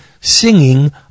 singing